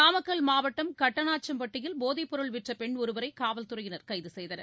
நாமக்கல் மாவட்டம் கட்டணாச்சம்பட்டியில் போதைப் பொருள் விற்ற பெண் ஒருவரை காவல்துறையினர் கைது செய்தனர்